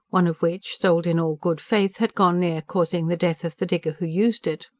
one of which, sold in all good faith, had gone near causing the death of the digger who used it.